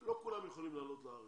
לא כולם יכולים לעלות לארץ.